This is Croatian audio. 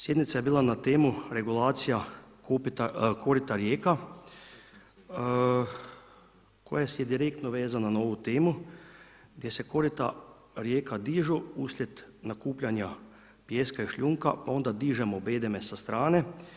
Sjednica je bila na temu regulacija korita rijeka koja je direktno vezana na ovu temu gdje se korita rijeka dižu uslijed nakupljanja pijeska i šljunka, pa onda dižemo bedeme sa strane.